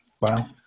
Wow